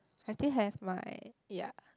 I still have my ya